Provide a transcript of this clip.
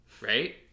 right